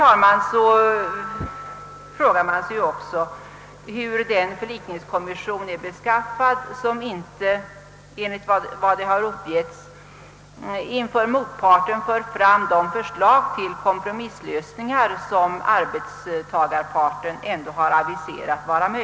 Vidare frågar man sig, herr talman, hur den förlikningskommission skulle vara beskaffad som inte — enligt vad det har uppgivits — inför motparten för fram de förslag till kompromisslösning som arbetstagarparten aviserat.